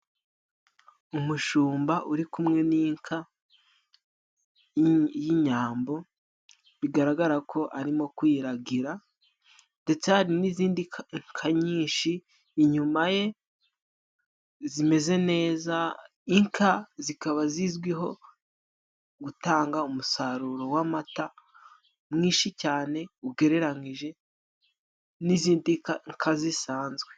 Umushumba uri kumwe n'inka y'inyambo, bigaragara ko arimo kuyiragira, ndetse hari n'izindi nka nyinshi inyuma ye zimeze neza. inka zikaba zizwiho gutanga umusaruro w'amata mwinshi cyane, ugereranyije n'izindi nka zisanzwe.